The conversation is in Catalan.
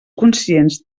conscients